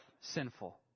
sinful